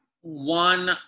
one